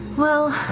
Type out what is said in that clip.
well,